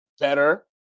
Better